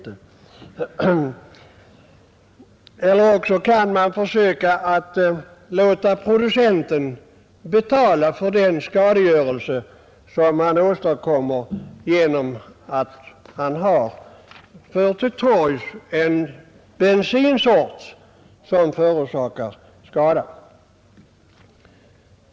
eller genom att låta producenten betala för den skadegörelse som han åstadkommer på grund av att han fört till torgs en bensinsort som förorsakar skada.